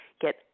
get